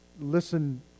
listen